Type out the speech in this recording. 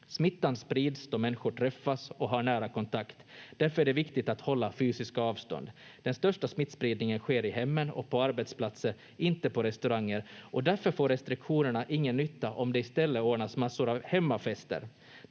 Smittan sprids då människor träffas och har nära kontakt. Därför är det viktigt att hålla fysiska avstånd. Den största smittspridningen sker i hemmen och på arbetsplatser, inte på restauranger, och därför får restriktionerna ingen nytta om det i stället ordnas massor av hemmafester.